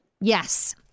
Yes